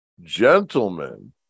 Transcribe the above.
gentlemen